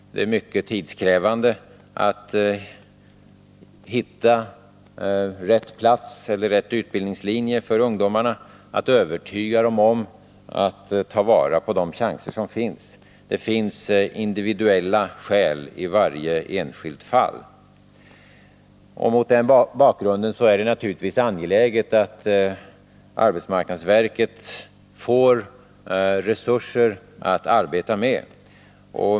Det är mycket tidskrävande att hitta rätt plats eller rätt utbildningslinje för ungdomarna, att övertyga dem om att ta vara på de chanser som finns. Det finns individuella skäl i varje enskilt fall. Mot den bakgrunden är det naturligtvis angeläget att arbetsmarknadsverket får resurser att arbeta med.